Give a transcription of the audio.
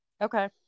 Okay